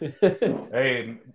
Hey